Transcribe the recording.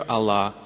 Allah